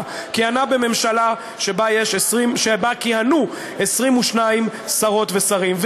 כיהנה בממשלה שבה כיהנו 22 שרות ושרים.